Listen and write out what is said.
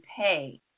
pay